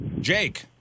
Jake